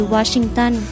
Washington